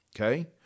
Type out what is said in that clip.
okay